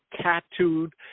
tattooed